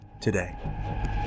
today